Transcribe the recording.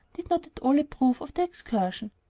did not at all approve of the excursion.